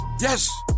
Yes